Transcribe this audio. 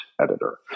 editor